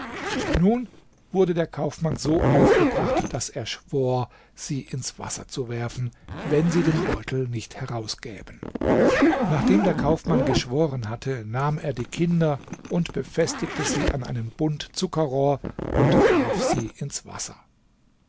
nun wurde der kaufmann so aufgebracht daß er schwor sie ins wasser zu werfen wenn sie den beutel nicht herausgäben nachdem der kaufmann geschworen hatte nahm er die kinder und befestigte sie an einem bund zuckerrohr und warf sie ins wasser